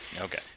Okay